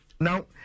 Now